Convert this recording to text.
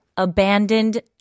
Abandoned